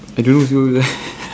I don't know what's over there